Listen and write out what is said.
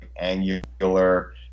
angular